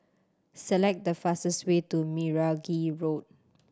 select the fastest way to Meragi Road